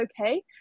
okay